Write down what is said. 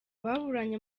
baburanye